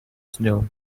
snow